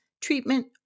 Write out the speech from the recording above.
treatment